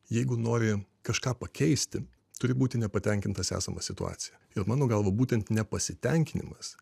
jeigu nori kažką pakeisti turi būti nepatenkintas esama situacija ir mano galva būtent nepasitenkinimas